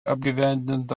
apgyvendinta